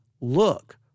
look